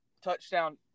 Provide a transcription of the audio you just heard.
touchdown